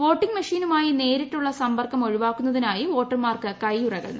voting മെഷീനുമായി നേരിട്ടുള്ള സമ്പർക്കം ഒഴിവാക്കുന്നതിനായി വോട്ടർമാർക്ക് കൈയ്യുറകൾ നൽകും